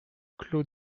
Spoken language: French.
clos